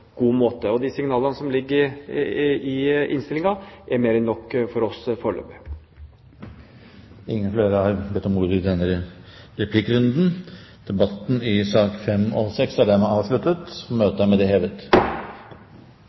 god måte. De signalene som ligger i innstillingen, er mer enn nok for oss foreløpig. Flere har ikke bedt om ordet